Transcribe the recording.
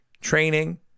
training